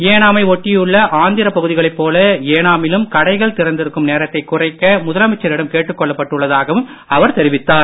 ஏனாமை ஒட்டியுள்ள ஆந்திர பகுதிகளைப் போல ஏனாமிலும் கடைகள் திறந்திருக்கும் கொள்ளப்பட்டு நேரத்தை குறைக்க முதலமைச்சரிடம் கேட்டுக் உள்ளதாகவும் அவர் தெரிவித்தார்